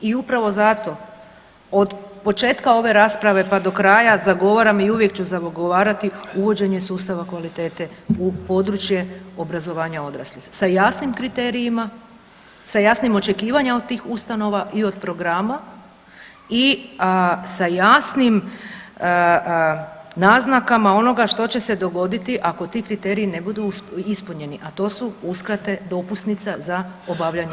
I upravo zato od početka ove rasprave pa do kraja zagovaram i uvijek ću zagovarati uvođenje sustava kvalitete u područje obrazovanja odraslih sa jasnim kriterijima, sa jasnim očekivanjima od tih ustanova i od programa i sa jasnim naznakama onoga što će se dogoditi ako ti kriteriji ne budu ispunjeni, a to su uskrate dopusnica za obavljanje djelatnosti.